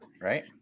right